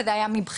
לזה היה מבחירה,